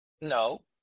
No